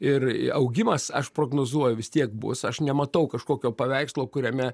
ir augimas aš prognozuoju vis tiek bus aš nematau kažkokio paveikslo kuriame